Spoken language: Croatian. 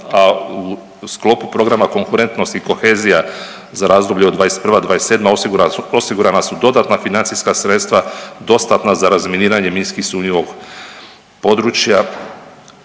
a u sklopu programa Konkurentnost i kohezija za razdoblje od '21. – '27. osigurana su dodatna financijska sredstva dostatna za razminiranje minski sumnjivog područja,